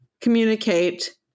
Communicate